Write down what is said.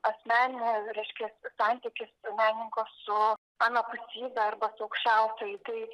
asmeninė reiškia santykis menininko su anapusybe arba su aukščiausiuoju tai